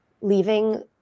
leaving